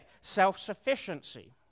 Self-sufficiency